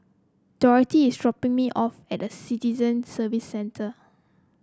Dorothy is dropping me off at the Citizen Services Centre